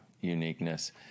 uniqueness